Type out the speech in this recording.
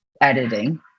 editing